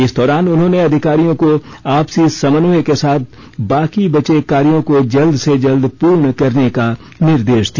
इस दौरान उन्होंने अधिकारियों को आपसी समन्वय के साथ बाकी बचे कार्यों को जल्द से जल्द पूर्ण करने का निर्देश दिया